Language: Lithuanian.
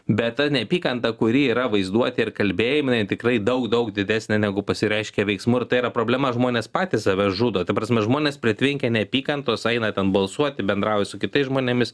bet ta neapykanta kuri yra vaizduotėj ir kalbėjime jinai tikrai daug daug didesnė negu pasireiškia veiksmu ir tai yra problema žmonės patys save žudo ta prasme žmonės pritvinkę neapykantos eina ten balsuoti bendrauja su kitais žmonėmis